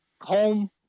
home